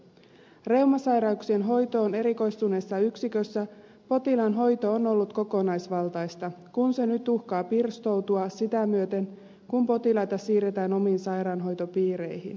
reumasairauksien hoitoon erikoistuneessa yksikössä potilaan hoito on ollut kokonaisvaltaista kun se nyt uhkaa pirstoutua sitä myöten kun potilaita siirretään omiin sairaanhoitopiireihin